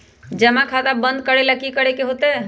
जमा खाता बंद करे ला की करे के होएत?